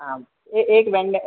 आम् एकम् एकं वेण्ड